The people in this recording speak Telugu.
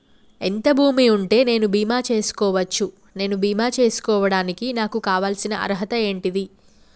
ఎంత భూమి ఉంటే నేను బీమా చేసుకోవచ్చు? నేను బీమా చేసుకోవడానికి నాకు కావాల్సిన అర్హత ఏంటిది?